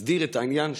להסדיר את העניין.